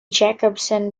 jacobson